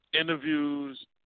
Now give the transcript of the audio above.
interviews